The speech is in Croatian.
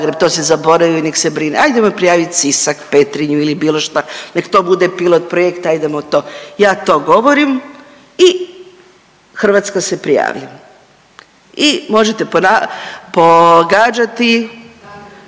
to si zaboravio i nek se brine, ajdemo prijavit Sisak, Petrinju ili bilo šta, nek to bude pilot projekt, ajdemo to. Ja to govorim i Hrvatska se prijavi i možete pogađati